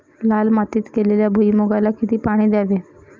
लाल मातीत केलेल्या भुईमूगाला किती पाणी द्यावे?